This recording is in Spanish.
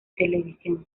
televisión